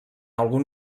algun